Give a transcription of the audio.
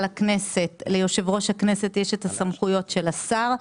הכנסת ליושב-ראש הכנסת יש הסמכויות של השר,